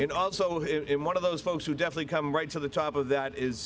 in also in one of those folks who definitely come right to the top of that is